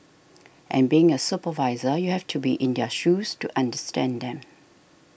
and being a supervisor you have to be in their shoes to understand them